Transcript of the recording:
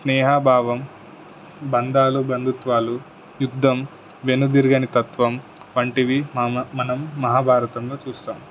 స్నేహా భావం బంధాలు బంధుత్వాలు యుద్ధం వెనుదిరుగని తత్వం వంటివి మ మనం మహాభారతంలో చూస్తాం